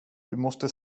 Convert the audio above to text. måste